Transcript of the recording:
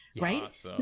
right